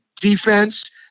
defense